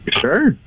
sure